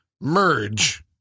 merge